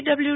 W